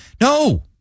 No